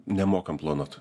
nemokam planuoti